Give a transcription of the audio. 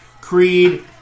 Creed